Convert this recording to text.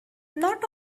not